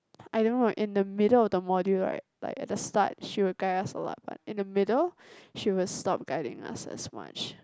I don't know in the middle of the module right like at the start she will guide us a lot but in the middle she will stop guiding us as much